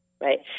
right